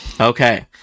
Okay